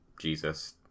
jesus